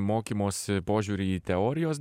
mokymosi požiūrį į teorijos